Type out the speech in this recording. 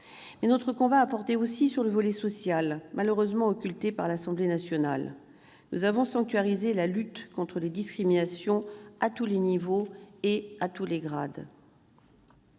mais notre combat a porté aussi sur le volet social, malheureusement occulté par l'Assemblée nationale. Nous avons sanctuarisé la lutte contre les discriminations à tous les niveaux et grades.